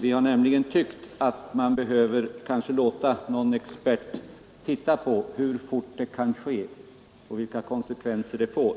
Vi har nämligen tyckt att man kanske behöver låta någon expert titta på hur fort det kan ske och vilka konsekvenser det får.